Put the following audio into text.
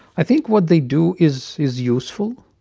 i think what they do is is useful.